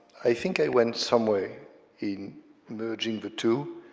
i think i went somewhere in merging the two,